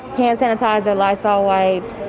hand sanitizer, lysol wipes.